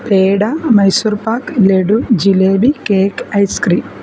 peda Mysore pak laddu jalebi cake ice cream